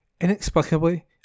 Inexplicably